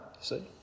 see